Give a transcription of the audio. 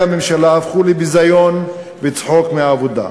הממשלה הפכו לביזיון וצחוק מהעבודה.